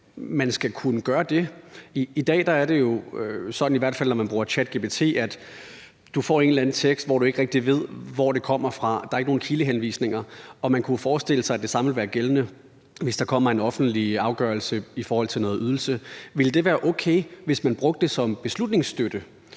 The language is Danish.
fald sådan, når man bruger ChatGPT, at man får en eller anden tekst, hvor man ikke rigtig ved, hvor det kommer fra. Der er ikke nogen kildehenvisninger. Og man kunne forestille sig, at det samme ville være gældende, hvis der kom en offentlig afgørelse i forhold til noget ydelse. Ville det være okay, hvis man brugte det som beslutningsstøtte,